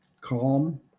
Calm